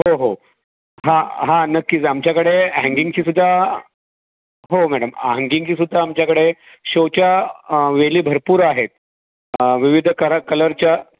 हो हो हां हां नक्कीच आमच्याकडे हँगिंगचीसुद्धा हो मॅडम हँगिंगचीसुद्धा आमच्याकडे शोच्या वेली भरपूर आहेत विविध करं कलरच्या